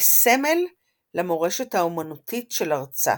כסמל למורשת האומנותית של ארצה.